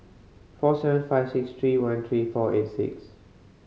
four seven five six three one three four eight six